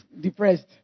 depressed